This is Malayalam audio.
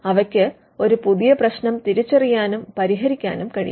അവയ്ക്ക് ഒരു പുതിയ പ്രശ്നം തിരിച്ചറിയാനും പരിഹരിക്കാനും കഴിയും